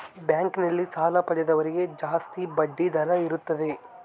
bank ನಲ್ಲಿ ಸಾಲ ಪಡೆದವರಿಗೆ ಜಾಸ್ತಿ ಬಡ್ಡಿ ದರ ಇರುತ್ತದೆ